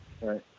right